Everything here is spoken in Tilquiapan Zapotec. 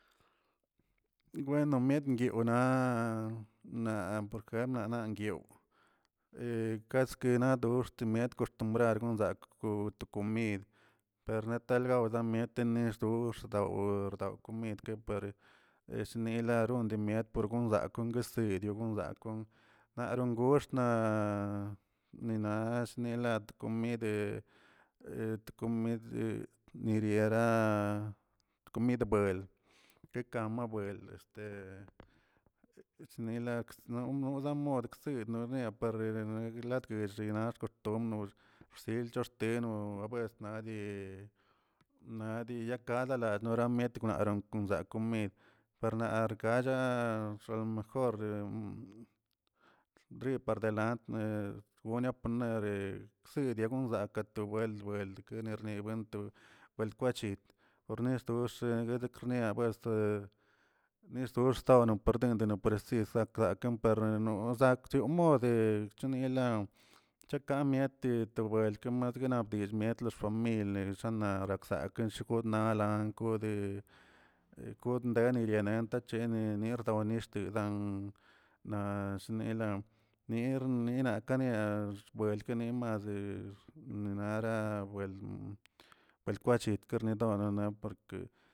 Weno mendiogna naꞌa porkena nangui keskena dox met koxtumbrar konzakꞌ kon to komid per na tal gawmiet nexdox daw por dawkomidke per esnelarondemiet par gonzak kon guesekꞌ gonzak gon naron goxt ni la ast komid to komidke neriara to komid buel ke kama buel chnelakz nono morksid none parr guelatguex gxenax kotonox bsil choteno na bues nadi nadi yakalada noramiet naron kon sak komid par naa arkachaaarso alomejor bri par delant gunia poner ksey gonzakan lo weld weld nerni wento welkwechit, ornedoxe nederknia buest ni xdox tawno pardentenet openazi skna gaken per no sakcho mode egchonilaw chaka mieti to buelkema nedganadill lo famil sana raksake shgodnale gode god denet enterenteene nerdo nixtadan naꞌ shnelan nierninaꞌ nia buelkenne mazə ninara buelə belkwachit kernedonana porke.